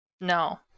No